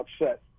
upset